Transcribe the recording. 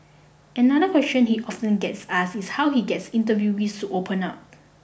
another question he often gets asked is how he gets interviewees to open up